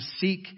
seek